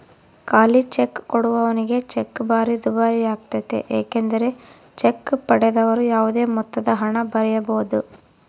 ಖಾಲಿಚೆಕ್ ಕೊಡುವವನಿಗೆ ಚೆಕ್ ಭಾರಿ ದುಬಾರಿಯಾಗ್ತತೆ ಏಕೆಂದರೆ ಚೆಕ್ ಪಡೆದವರು ಯಾವುದೇ ಮೊತ್ತದಹಣ ಬರೆಯಬೊದು